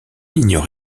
ignore